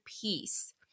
peace